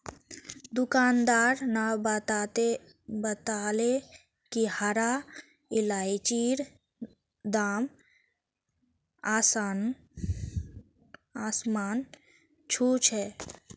दुकानदार न बताले कि हरा इलायचीर दाम आसमान छू छ